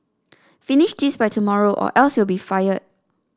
finish this by tomorrow or else you'll be fired